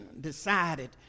decided